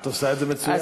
את עושה את זה מצוין.